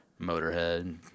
motorhead